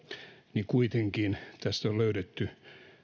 niin kuitenkin tässä on löydetty